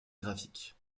graphique